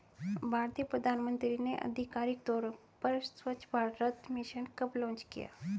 भारतीय प्रधानमंत्री ने आधिकारिक तौर पर स्वच्छ भारत मिशन कब लॉन्च किया?